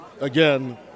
Again